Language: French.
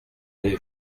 l’ai